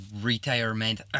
retirement